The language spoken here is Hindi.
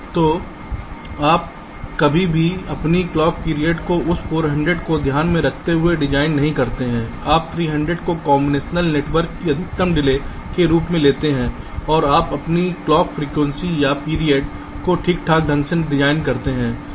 तो आप कभी भी अपनी क्लॉक पीरियड को उस 400 को ध्यान में रखते हुए डिजाइन नहीं करते हैं आप 300 को कॉम्बीनेशन नेटवर्क की अधिकतम डिले के रूप में लेते हैं और आप अपनी क्लॉक फ्रीक्वेंसी या पीरियड को ठीक ठाक ढंग से डिजाइन करते हैं